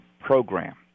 program